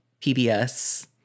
PBS